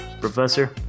Professor